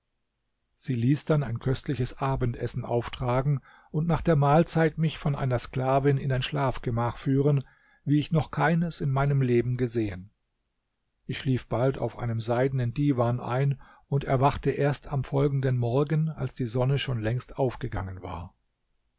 sie ließ dann ein köstliches abendessen auftragen und nach der mahlzeit mich von einer sklavin in ein schlafgemach führen wie ich noch keines in meinem leben gesehen ich schlief bald auf einem seidenen diwan ein und erwachte erst am folgenden morgen als die sonne schon längst aufgegangen war